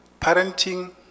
parenting